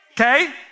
Okay